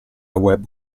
web